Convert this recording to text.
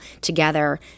together